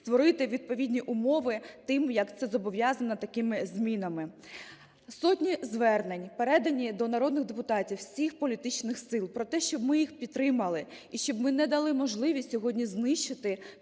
створити відповідні умови тим, як це зобов'язано такими змінами. Сотні звернень передані до народних депутатів усіх політичних сил про те, щоб ми їх підтримали і щоб ми не дали можливість сьогодні знищити